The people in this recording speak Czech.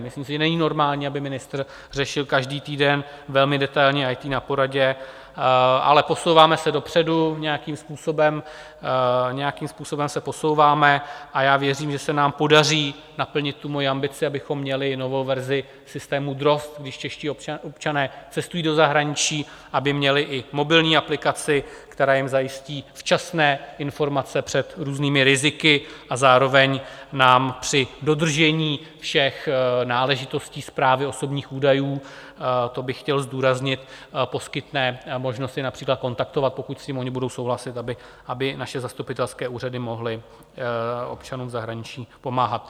Myslím si, že není normální, aby ministr řešil každý týden velmi detailně IT na poradě, ale posouváme se dopředu nějakým způsobem, nějakým způsobem se posouváme a já věřím, že se nám podaří naplnit moji ambici, abychom měli novou verzi systému Drozd, když čeští občané cestují do zahraničí, aby měli i mobilní aplikaci, která jim zajistí včasné informace před různými riziky a zároveň nám při dodržení všech náležitostí správy osobních údajů to bych chtěl zdůraznit poskytne možnost je například kontaktovat, pokud s tím oni budou souhlasit, aby naše zastupitelské úřady mohly občanům v zahraničí pomáhat.